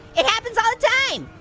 it happens all the time.